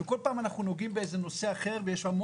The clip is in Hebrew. וכל פעם אנחנו נוגעים בנושא אחר,